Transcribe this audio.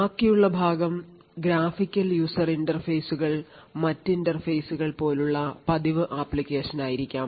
ബാക്കിയുള്ള ഭാഗം graphical user ഇന്റർഫേസുകൾ മറ്റ് ഇന്റർഫേസുകൾ പോലുള്ള പതിവ് ആപ്ലിക്കേഷനായിരിക്കാം